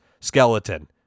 skeleton